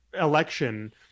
election